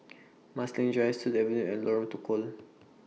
Marsiling Drive Sut Avenue and Lorong Tukol